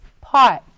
pot